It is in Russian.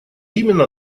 именно